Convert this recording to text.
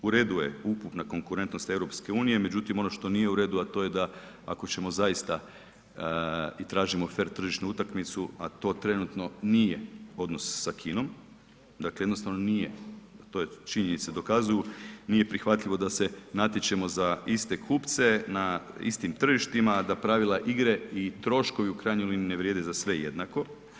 U redu je ukupna konkurentnost EU, međutim, ono što nije u redu a to je da ako ćemo zaista i tražimo fer tržišnu utakmicu a to trenutno nije odnos sa Kinom, dakle jednostavno nije, to činjenice dokazuju, nije prihvatljivo da se natječemo za iste kupce na istim tržištima a da pravila igre i troškovi u krajnjoj liniji ne vrijede za sve jednako.